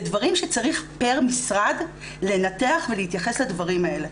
זה דברים שצריך פר משרד לנתח ולהתייחס לדברים האלה.